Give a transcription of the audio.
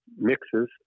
mixes